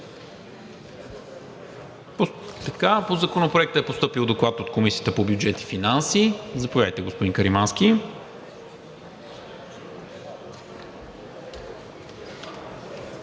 По Законопроекта е постъпил Доклад от Комисията по бюджет и финанси. Заповядайте, господин Каримански.